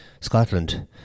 Scotland